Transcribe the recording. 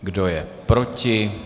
Kdo je proti?